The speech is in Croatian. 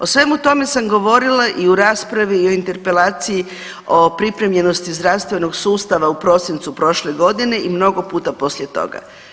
O svemu tome sam govorila i u raspravi i o interpelaciji o pripremljenosti zdravstvenog sustava u prosincu prošle godine i mnogo puta poslije toga.